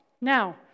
Now